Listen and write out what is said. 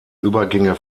übergänge